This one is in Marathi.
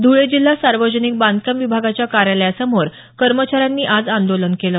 धुळे जिल्हा सार्वजनिक बांधकाम विभागाच्या कार्यालयासमोर कर्मचाऱ्यांनी आज आंदोलन केलं